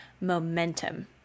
momentum